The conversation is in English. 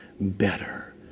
better